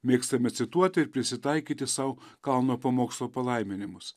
mėgstame cituoti ir prisitaikyti sau kalno pamokslo palaiminimus